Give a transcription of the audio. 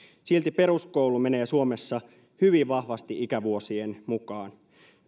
silti peruskoulu menee suomessa hyvin vahvasti ikävuosien mukaan